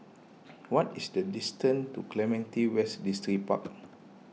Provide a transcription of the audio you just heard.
what is the distance to Clementi West Distripark